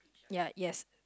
ya yes